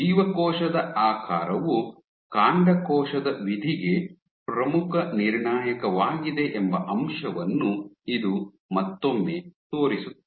ಜೀವಕೋಶದ ಆಕಾರವು ಕಾಂಡಕೋಶದ ವಿಧಿಗೆ ಪ್ರಮುಖ ನಿರ್ಣಾಯಕವಾಗಿದೆ ಎಂಬ ಅಂಶವನ್ನು ಇದು ಮತ್ತೊಮ್ಮೆ ತೋರಿಸುತ್ತದೆ